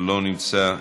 לא נמצא,